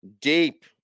deep